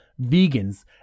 vegans